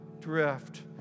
drift